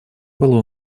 было